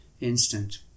Instant